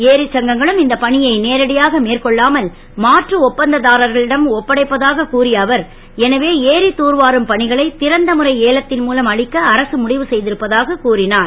ஏரிச் சங்கங்களும் இந்த பணியை நேரடியாக மேற்கொள்ளாமல் மாற்று ஒப்பந்ததாரர்களிடம் ஒப்படைப்பதாக கூறிய அவர் எனவே ஏரி தூர்வாரும் பணிகளை றந்த முறை ஏலத் ன் மூலம் அளிக்க அரசு முடிவு செ ருப்பதாக கூறினார்